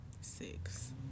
six